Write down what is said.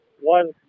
One